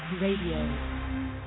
Radio